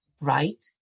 right